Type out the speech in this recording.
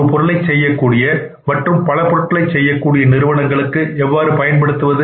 ஒரு பொருளை செய்யக்கூடிய மற்றும் பல பொருட்களை செய்யக்கூடிய நிறுவனங்களுக்கு எவ்வாறு பயன்படுத்துவது